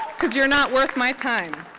because you're not worth my time.